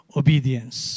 obedience